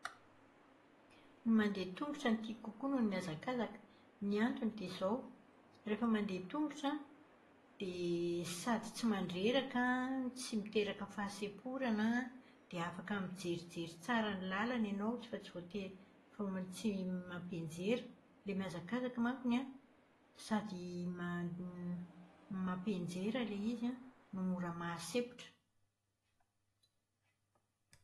Ny mandeha an-tongotra no tiako kokoa noho ny mihazakazaka. Ny antony dia izao, rehefa mandeha tongotra an, dia sady tsy mandreraka, tsy miteraka fahasemporana, dia afaka mijerijery tsara ny lalana ianao fa tsy voate- tsy mampianjera. Ilay mihazakazaka mankony an, sady ma- mampianjera ilay izy an, no mora mahasempotra.